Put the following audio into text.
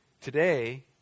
Today